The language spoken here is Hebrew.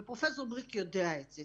ופרופ' בריק יודע את זה,